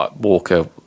Walker